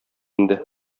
инде